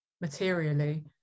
materially